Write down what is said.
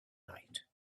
night